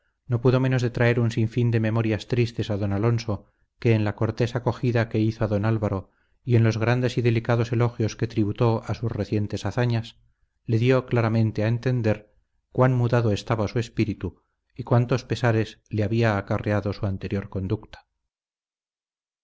no pudo menos de traer un sinfín de memorias tristes a don alonso que en la cortés acogida que hizo a don álvaro y en los grandes y delicados elogios que tributó a sus recientes hazañas le dio claramente a entender cuán mudado estaba su espíritu y cuántos pesares le había acarreado su anterior conducta